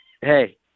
Hey